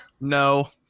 No